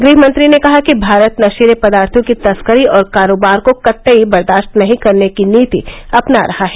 गृहमंत्री ने कहा कि भारत नशीले पदार्थों की तस्करी और कारोबार को कतई बर्दाश्त नहीं करने की नीति अपना रहा है